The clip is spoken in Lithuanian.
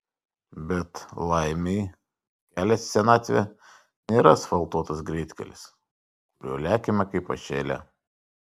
bet laimei kelias į senatvę nėra asfaltuotas greitkelis kuriuo lekiame kaip pašėlę